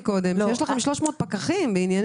שיש לכם 300 פקחים וכו'.